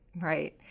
right